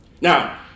Now